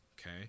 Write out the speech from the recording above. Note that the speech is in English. Okay